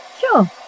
Sure